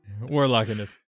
Warlockiness